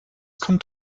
kommt